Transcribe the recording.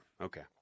Okay